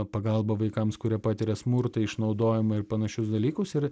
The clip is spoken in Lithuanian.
pagalba vaikams kurie patiria smurtą išnaudojimą ir panašius dalykus ir